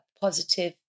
positive